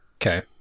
Okay